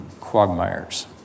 quagmires